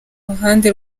ruhande